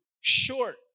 short